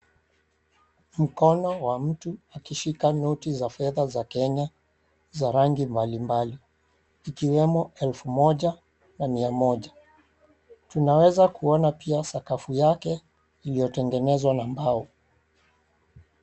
Mkono wa mtu akishika noti za fedha za Kenya za rangi mbalimbali, ikiwemo elfu moja, na mia moja. Tunaweza kuona pia sakafu yake iliotengenezwa na mbao.